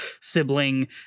sibling